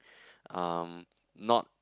um not